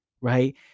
right